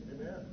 Amen